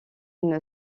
une